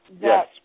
Yes